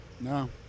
No